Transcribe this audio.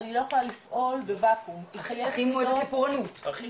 אבל היא לא יכולה לפעול בוואקום הכי מיועדת לפורענות היא